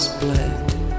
bled